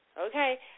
Okay